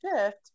shift